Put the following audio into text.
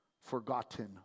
forgotten